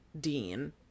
Dean